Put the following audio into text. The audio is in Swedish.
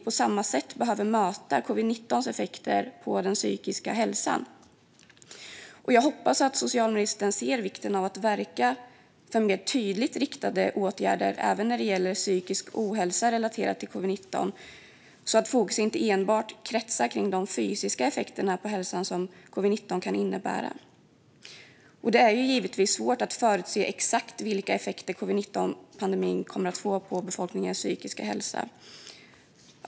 På samma sätt behöver vi möta covid-19:s effekter på den psykiska hälsan. Jag hoppas att socialministern inser vikten av att verka för mer tydligt riktade åtgärder även när det gäller psykisk ohälsa relaterad till covid-19 så att fokus inte enbart kretsar kring de fysiska effekter på hälsan som covid-19 kan innebära. Det är givetvis svårt att förutse exakt vilka effekter covid-19-pandemin kommer att få på befolkningens psykiska hälsa.